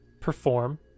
perform